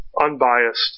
unbiased